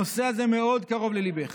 הנושא הזה מאוד קרוב לליבך.